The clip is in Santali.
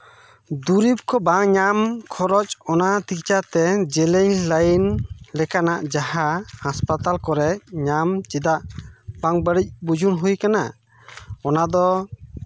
ᱫᱩᱨᱤᱵᱽ ᱠᱚ ᱵᱟᱝ ᱧᱟᱢ ᱠᱷᱚᱨᱚᱪ ᱚᱱᱟ ᱛᱤᱠᱪᱷᱟ ᱛᱮ ᱡᱮᱞᱮᱧ ᱞᱟᱭᱤᱱ ᱞᱮᱠᱟᱱᱟᱜ ᱡᱟᱦᱟᱸ ᱦᱟᱥᱯᱟᱛᱟᱞ ᱠᱚᱨᱮᱫ ᱧᱟᱢ ᱪᱮᱫᱟᱜ ᱵᱟᱝ ᱵᱟᱲᱤᱡ ᱵᱩᱡᱩᱱ ᱦᱩᱭ ᱠᱟᱱᱟ ᱚᱱᱟ ᱫᱚ